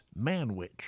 Manwich